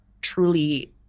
truly